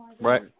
right